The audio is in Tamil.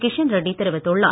கிஷன் ரெட்டி தெரிவித்துள்ளார்